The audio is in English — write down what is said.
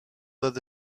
though